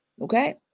Okay